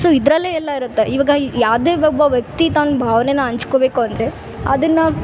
so ಇದ್ರಲ್ಲೆ ಎಲ್ಲ ಇರುತ್ತೆ ಇವಾಗ ಯಾವುದೇ ಒಬ್ಬ ವ್ಯಕ್ತಿ ತನ್ನ ಭಾವ್ನೇನ ಹಂಚ್ಕೋಬೇಕು ಅಂದರೆ ಅದನ್ನು